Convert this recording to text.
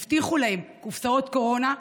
הבטיחו להם קופסאות קורונה,